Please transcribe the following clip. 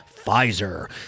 Pfizer